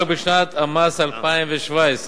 מדרגות מס אלה ייכנסו לתוקף רק בשנת המס 2017,